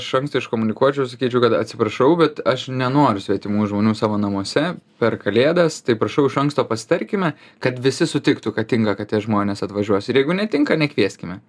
iš anksto iškomunikuočiau ir sakyčiau kad atsiprašau bet aš nenoriu svetimų žmonių savo namuose per kalėdas tai prašau iš anksto pasitarkime kad visi sutiktų kad tinka kad tie žmonės atvažiuos ir jeigu netinka ne kvieskime